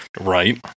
Right